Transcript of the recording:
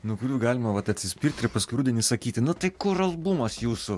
nuo kurių galima vat atsispirt ir paskui rudenį sakyti nu tai kur albumas jūsų